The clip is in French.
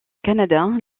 canada